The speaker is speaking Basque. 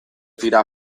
dira